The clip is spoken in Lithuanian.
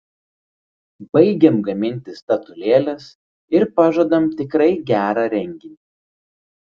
baigiam gaminti statulėles ir pažadam tikrai gerą renginį